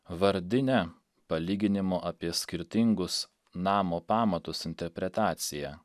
vardine palyginimo apie skirtingus namo pamatus interpretacija